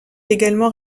également